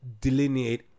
delineate